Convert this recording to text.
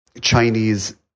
Chinese